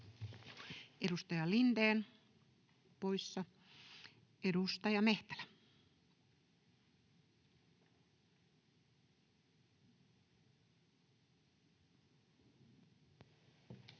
Edustaja Lindén poissa. — Edustaja Mehtälä.